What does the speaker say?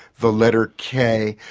the letter k.